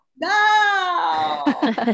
No